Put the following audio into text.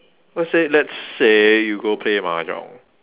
cause say let's say you go play mahjong